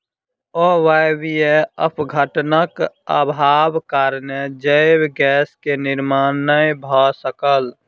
अवायवीय अपघटनक अभावक कारणेँ जैव गैस के निर्माण नै भअ सकल